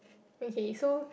okay so